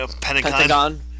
Pentagon